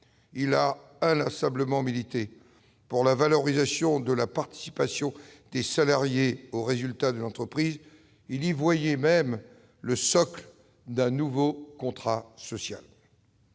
Il a inlassablement milité pour la valorisation de la participation des salariés aux résultats de l'entreprise. Il y voyait même le socle d'un nouveau contrat social.